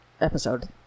episode